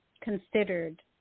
considered